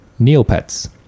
Neopets